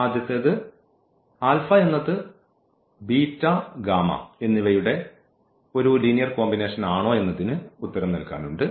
ആദ്യത്തേത് എന്നത് എന്നിവയുടെ ഒരു ലീനിയർ കോമ്പിനേഷൻ ആണോയെന്നതിന് ഉത്തരം നൽകാനുണ്ട്